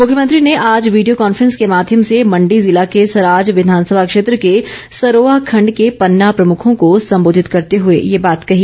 मुख्यमंत्री ने आज वीडियों कॉन्फ्रैंस के माध्यम से मंडी जिला के सराज विधानसभा क्षेत्र के सरोआ खंड के पन्ना प्रमुखो को संबोधित करते हुए ये बात कही